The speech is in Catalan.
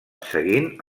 seguint